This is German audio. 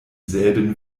selben